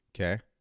okay